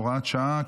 הוראת שעה),